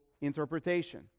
interpretation